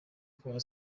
kubona